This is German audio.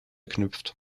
knüpft